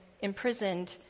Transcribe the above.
imprisoned